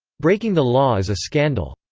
breaking the law is a scandal.